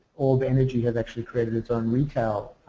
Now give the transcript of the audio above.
all the energy had actually created its own retail